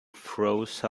froze